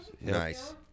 Nice